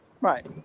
right